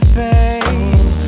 face